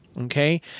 Okay